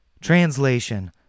Translation